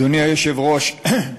אדוני היושב-ראש,